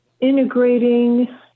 integrating